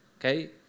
Okay